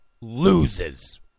loses